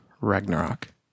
Ragnarok